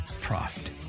Proft